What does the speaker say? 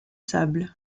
sable